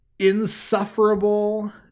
insufferable